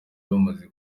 bamaze